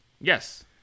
yes